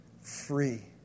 Free